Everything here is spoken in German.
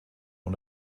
und